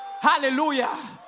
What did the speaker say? Hallelujah